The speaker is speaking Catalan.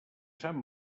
sant